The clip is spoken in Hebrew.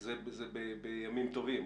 זה בימים טובים.